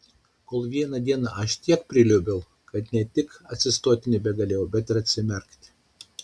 kol vieną dieną aš tiek priliuobiau kad ne tik atsistoti nebegalėjau bet ir atsimerkti